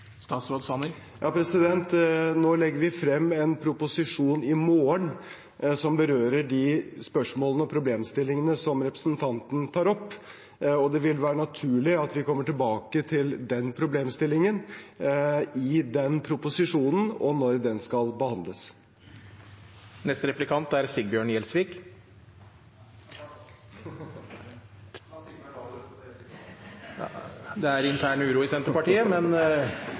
legger i morgen frem en proposisjon som berører de spørsmålene og problemstillingene som representanten tar opp. Det vil være naturlig at vi kommer tilbake til problemstillingene i den proposisjonen og når den skal behandles. Det er en verdi ved Norge at vi kan stå sammen og ha godt samarbeid – både innad i partier, men